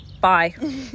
bye